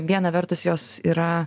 viena vertus jos yra